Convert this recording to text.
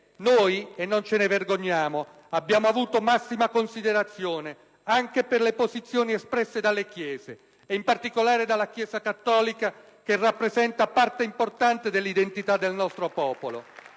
noi - e non ce ne vergogniamo - abbiamo avuto massima considerazione anche per le posizioni espresse dalle Chiese, in particolare da quella cattolica, che rappresenta parte importante dell'identità del nostro popolo.